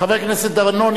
חבר הכנסת דנון,